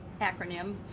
acronym